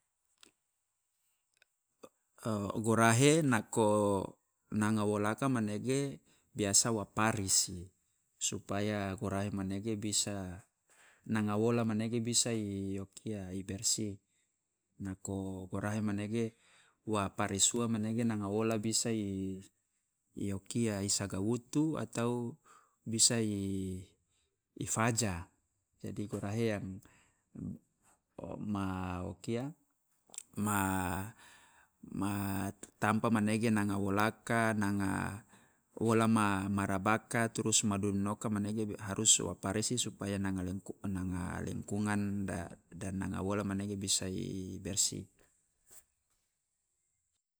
gorahe nako nanga wolaka manege biasa wa parisi supaya gorahe manege bisa nanga wola manege bisa kia i bersih, nako gorahe manege wa paris ua manege nanga wola bisa i o kia i sagautu atau bisa i- i faja, jadi gorahe yang o ma o kia ma- ma tamba manege nanga wolaka nanga wola ma- ma rabaka trus ma dun noka manege harus wo parisi supaya nanga lingkungan nanga lingkungan da- dan nanga wola manege bisa i bersih